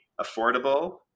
affordable